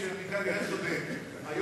היושב-ראש, חנא סוייד יסכים לי לדקה, א.